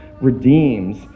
redeems